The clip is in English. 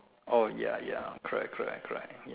oh ya ya correct correct correct